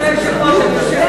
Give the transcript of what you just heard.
אני מחדש את הישיבה.